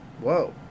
Whoa